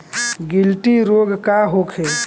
गिल्टी रोग का होखे?